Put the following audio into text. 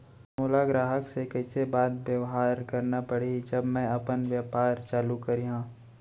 मोला ग्राहक से कइसे बात बेवहार करना पड़ही जब मैं अपन व्यापार चालू करिहा?